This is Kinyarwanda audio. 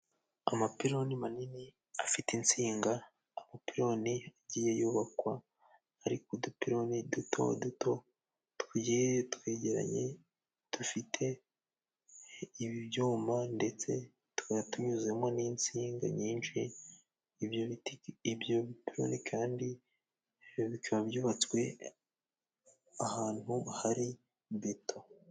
Amapiloni manini afite insinga, amapiloni yagiye yubakwa hari udupiloni duto duto tugiye twegeranye dufite ibyuma ndetse tuba tunyuzemo n'insinga nyinshi, ibyo ibyo bipiloni kandi bikaba byubatswe ahantu hari beto.